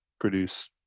produce